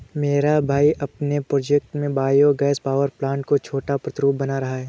मेरा भाई अपने प्रोजेक्ट में बायो गैस पावर प्लांट का छोटा प्रतिरूप बना रहा है